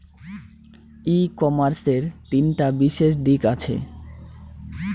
ই কমার্সের তিনটা বিশেষ দিক আছে